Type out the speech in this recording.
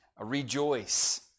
rejoice